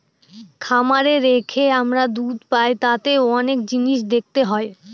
খামারে রেখে আমরা দুধ পাই তাতে অনেক জিনিস দেখতে হয়